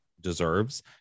deserves